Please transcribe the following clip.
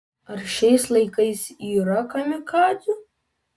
ar šiais laikais yra kamikadzių